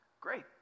Great